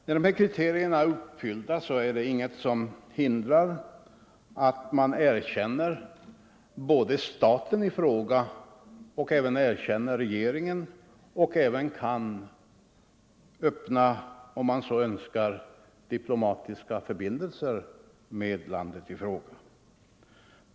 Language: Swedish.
När kriterierna i båda dessa avseenden är uppfyllda är det ingenting som hindrar att man erkänner både staten och regeringen, och då kan man, om man så önskar, öppna diplomatiska förbindelser med landet i fråga.